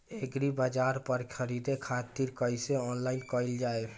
एग्रीबाजार पर खरीदे खातिर कइसे ऑनलाइन कइल जाए?